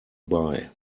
buy